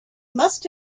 must